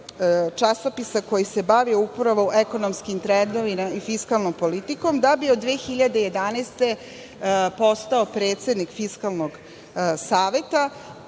časopisa koji se upravo bavio ekonomskim trendovima i fiskalnom politikom, da bi od 2011. godine postao predsednik Fiskalnog saveta.